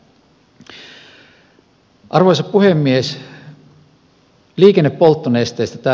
arvoisa puhemies